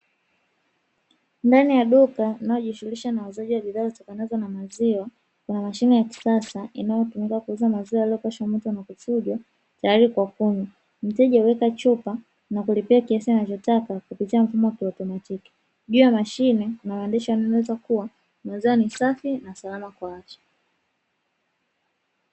Ndani ya duka anayeshugulishana na usafi wa bidhaa zitokanazo na maziwa, kuna mashine ya kisasa inayotumika kuuza maziwa yaliyokwisha moto na kuchujwa, tayari kwa kunywa. Mteja ataweka chupa na kulipia kiasi anachotaka kupitia mfumo wa automatiki, hii ni mashine inayoendeshwa na wanunuzi wenyewe. Maziwa ni safi na salama kwa afya.